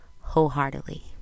wholeheartedly